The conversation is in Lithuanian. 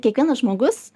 kiekvienas žmogus